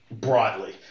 broadly